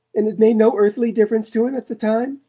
and it made no earthly difference to him at the time?